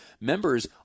members